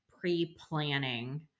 pre-planning